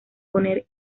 poner